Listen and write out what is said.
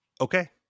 Okay